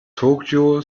tokyo